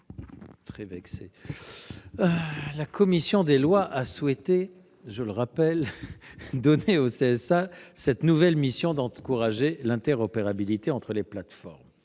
? La commission des lois a souhaité, je le rappelle, donner au CSA la nouvelle mission d'encourager l'interopérabilité entre plateformes,